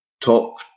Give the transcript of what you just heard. Top